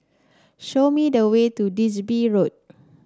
show me the way to Digby Road